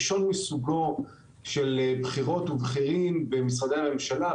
ראשון מסוגו של בכירות ובכירים במשרדי הממשלה,